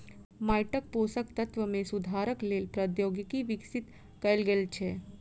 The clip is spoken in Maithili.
माइटक पोषक तत्व मे सुधारक लेल प्रौद्योगिकी विकसित कयल गेल छै